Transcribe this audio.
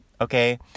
okay